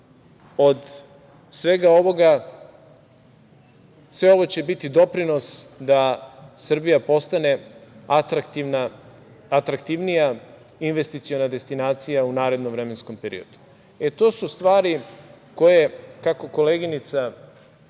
od svega ovoga sve ovo će biti doprinos da Srbija postane atraktivnija investiciona destinacija u narednom vremenskom periodu. To su stvari koje, kako koleginica